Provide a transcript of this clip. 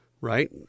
right